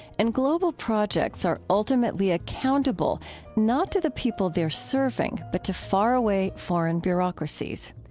and global projects are ultimately accountable not to the people they're serving, but to faraway foreign bureaucracies.